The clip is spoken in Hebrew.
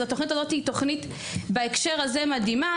והתוכנית הזאת בהקשר הזה היא מדהימה